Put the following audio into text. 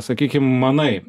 sakykim manai